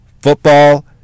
Football